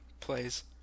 plays